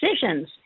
decisions